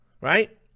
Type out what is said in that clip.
Right